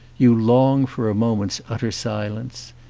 you long for a moment's utter silence.